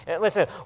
Listen